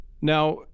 Now